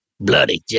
bloody